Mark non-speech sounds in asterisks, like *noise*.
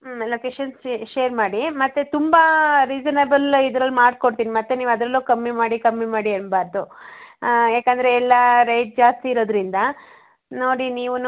ಹ್ಞೂ ಎಲ್ಲ *unintelligible* ಶೇರ್ ಮಾಡಿ ಮತ್ತು ತುಂಬ ರಿಸನೇಬಲ್ ಇದ್ರಲ್ಲಿ ಮಾಡ್ಕೊಡ್ತಿನಿ ಮತ್ತು ನೀವು ಅದರಲ್ಲೂ ಕಮ್ಮಿ ಮಾಡಿ ಕಮ್ಮಿ ಮಾಡಿ ಅನ್ಬಾರ್ದು ಯಾಕಂದರೆ ಎಲ್ಲ ರೇಟ್ ಜಾಸ್ತಿ ಇರೋದರಿಂದ ನೋಡಿ ನೀವೂ